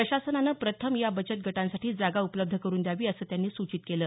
प्रशासनानं प्रथम या बचत गटांसाठी जागा उपलब्ध करुन द्यावी असं त्यांनी सूचित केलं